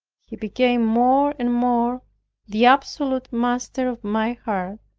he became more and more the absolute master of my heart,